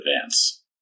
advance